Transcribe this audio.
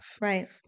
Right